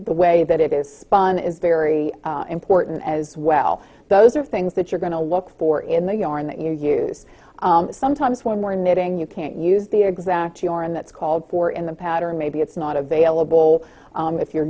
the way that it is spun is very important as well those are things that you're going to look for in the yarn that you use sometimes when we're knitting you can't use the exact your and that's called for in the pattern maybe it's not available if you're